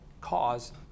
cause